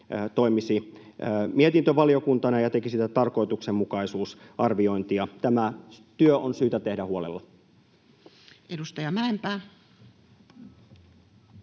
toimisi mietintövaliokuntana ja tekisi tätä tarkoituksenmukaisuusarviointia. Tämä työ on syytä tehdä huolella. Edustaja Mäenpää.